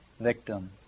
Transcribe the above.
victim